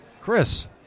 Chris